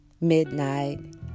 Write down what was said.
midnight